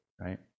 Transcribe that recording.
right